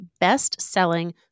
best-selling